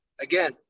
again